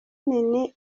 nin